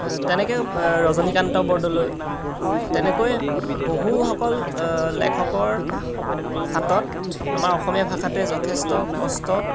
তেনেকৈ ৰজনীকান্ত বৰদলৈ তেনেকৈ বহুসকল লেখকৰ হাতত আমাৰ অসমীয়া ভাষাটোৱে যথেষ্ট কষ্ট